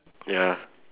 ya